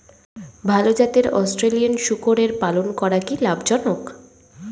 ভাল জাতের অস্ট্রেলিয়ান শূকরের পালন করা কী লাভ জনক?